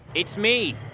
it's me.